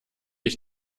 ich